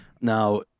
Now